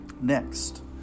Next